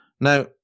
Now